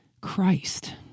Christ